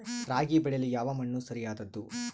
ರಾಗಿ ಬೆಳೆಯಲು ಯಾವ ಮಣ್ಣು ಸರಿಯಾದದ್ದು?